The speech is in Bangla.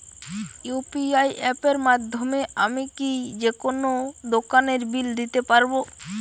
ইউ.পি.আই অ্যাপের মাধ্যমে আমি কি যেকোনো দোকানের বিল দিতে পারবো?